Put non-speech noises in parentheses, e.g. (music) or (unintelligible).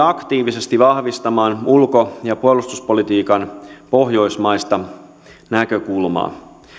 (unintelligible) aktiivisesti vahvistamaan ulko ja puolustuspolitiikan pohjoismaista näkökulmaa